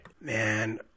man